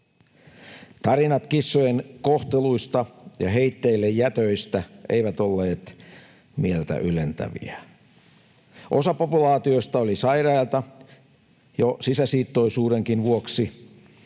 Tarinat kissojen kohteluista ja heitteillejätöistä eivät olleet mieltä ylentäviä. Osa populaatioista oli sairaita jo sisäsiittoisuudenkin vuoksi,